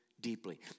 deeply